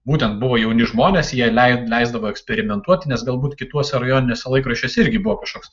būtent buvo jauni žmonės jie lei leisdavo eksperimentuot nes galbūt kituose rajoniniuose laikraščiuose irgi buvo kažkoks